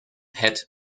head